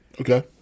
Okay